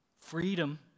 freedom